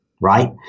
Right